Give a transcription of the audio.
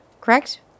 Correct